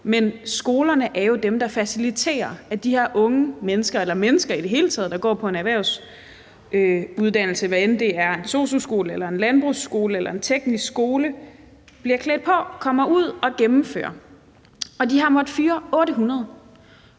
Men skolerne er jo dem, der faciliterer, at de her unge mennesker eller mennesker i det hele taget, der går på en erhvervsuddannelse – hvad end det er en sosu-skole, en landbrugsskole eller en teknisk skole – bliver klædt på og kommer ud og gennemfører. De har måttet fyre 800.